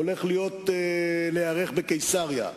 הולך להיערך בקיסריה.